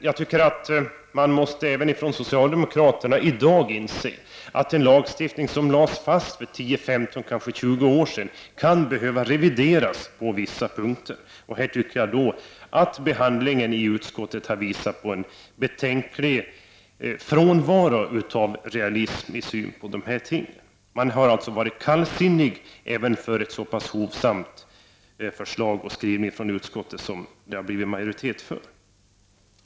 Jag menar att även socialdemokraterna i dag måste inse att en lagstiftning som lades fast för 10, 15 eller kanske 20 år sedan kan behöva revideras på vissa punkter. I detta sammanhang tycker jag nog att behandlingen i utskottet har visat på en betänklig frånvaro av realism när det gäller synen på dessa ting. Socialdemokraterna har ställt sig kallsinniga även till ett så pass hovsamt förslag och en sådan skrivning i betänkandet som det har uppstått majoritet för.